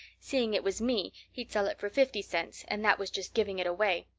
seeing it was me, he'd sell it for fifty cents and that was just giving it away.